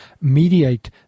mediate